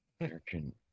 American